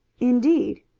indeed!